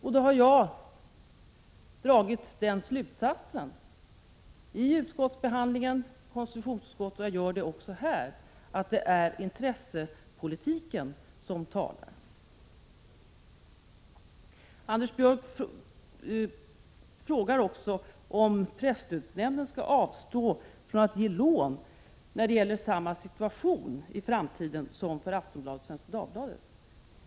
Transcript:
Jag har då dragit den slutsatsen i konstitutionsutskottets behandling av frågan, och jag gör det också här, att det är intressepolitiken som talar. Anders Björck frågar också om presstödsnämnden skall avstå från att i framtiden ge lån till tidningar som befinner sig i samma situation som Aftonbladet och Svenska Dagbladet.